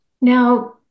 Now